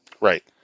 Right